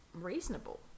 reasonable